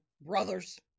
brothers